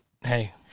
hey